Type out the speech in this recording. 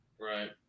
right